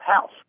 House